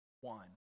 one